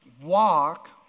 Walk